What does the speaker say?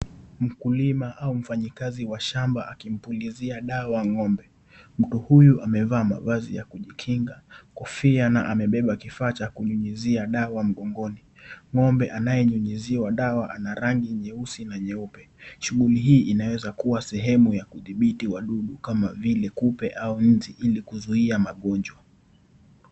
Mkulima au mfanyikazi wa shamba akimpulizia dawa ng'ombe. Mtu huyu amevaa mavazi ya kujikinga, kofia na amebeba kifaa cha kunyunyuzia dawa mgongoni. Ng'ombe anayenyunyuziwa dawa ana rangi nyeusi na nyeupe. Shughuli hii inaweza kuwa sehemu ya kudhibiti wadudu kama kupe au nzi ili kuzuia magonjwa.